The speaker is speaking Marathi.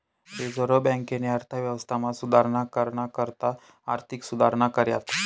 रिझर्व्ह बँकेनी अर्थव्यवस्थामा सुधारणा कराना करता आर्थिक सुधारणा कऱ्यात